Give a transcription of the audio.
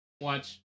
Watch